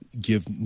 give